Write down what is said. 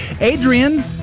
Adrian